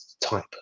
type